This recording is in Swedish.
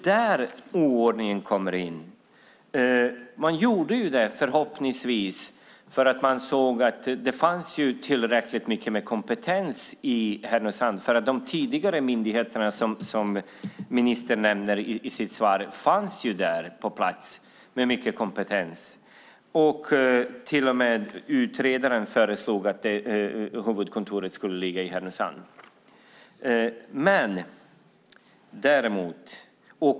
Man fattade förhoppningsvis beslutet för att man såg att det fanns tillräckligt mycket kompetens i Härnösand, eftersom de tidigare myndigheterna, som ministern nämner i sitt svar, fanns på plats med mycket kompetens. Till och med utredaren föreslog att huvudkontoret skulle ligga i Härnösand.